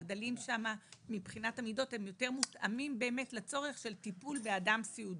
הגדלים שם מבחינת המידות יותר מותאמים לצורך של טיפול באדם סיעודי.